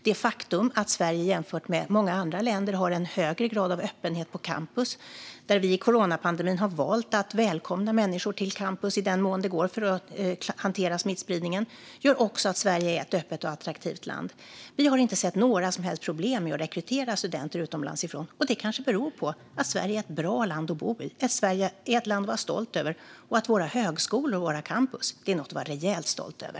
Det faktum att Sverige har en högre grad av öppenhet på campus än många andra länder - vi har valt att under coronapandemin välkomna människor till campus i den mån det går när det gäller att hantera smittspridningen - gör också att Sverige är ett öppet och attraktivt land. Vi har inte sett några som helst problem med att rekrytera studenter utomlands ifrån. Det kanske beror på att Sverige är ett bra land att bo i, att Sverige är ett land att vara stolt över och att våra högskolor och campus är något att vara rejält stolt över.